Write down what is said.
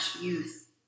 Youth